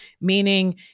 Meaning